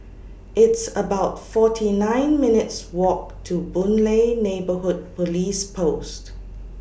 It's about forty nine minutes' Walk to Boon Lay Neighbourhood Police Post